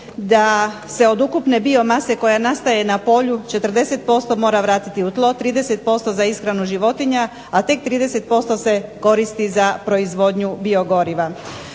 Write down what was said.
da se od ukupne biomase koja se nastaje na polju 40% mora vratiti u tlo, 30% za ishranu životinju, a tek 30% se koristi za proizvodnju biogoriva.